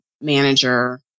manager